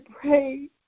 pray